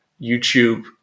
YouTube